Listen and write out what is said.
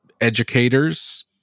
educators